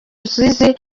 rusizi